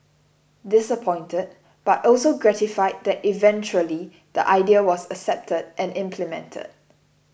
disappointed but also gratified that eventually the idea was accepted and implemented